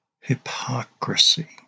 hypocrisy